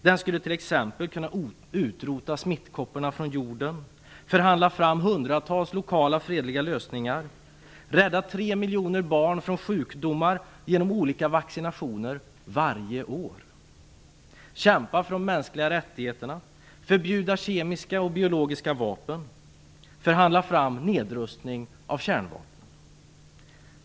Den skulle t.ex. kunna utrota smittkopporna från jorden, förhandla fram hundratals lokala fredliga lösningar, varje år rädda tre miljoner barn från sjukdomar genom olika vaccinationer, kämpa för de mänskliga rättigheterna, förbjuda kemiska och biologiska vapen, förhandla fram nedrustning av kärnvapen.